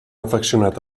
afeccionat